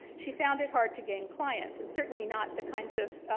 she found it hard to gain clients. and certainly not the kinds of